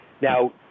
Now